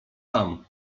tam